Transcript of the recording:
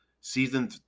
season